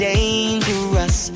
dangerous